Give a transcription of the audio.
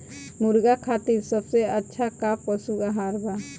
मुर्गा खातिर सबसे अच्छा का पशु आहार बा?